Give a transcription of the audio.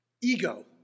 Ego